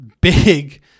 big